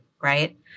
right